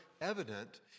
evident